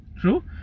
True